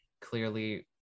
clearly